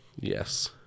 Yes